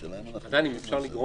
עדיין, האם אפשר לגרום